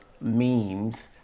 memes